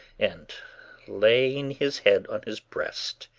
and laying his head on his breast,